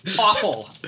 awful